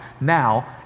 now